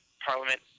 Parliament